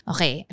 Okay